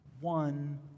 one